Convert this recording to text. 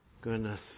Goodness